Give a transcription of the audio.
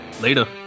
Later